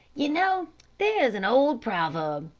you know there is an old proverb,